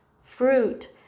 fruit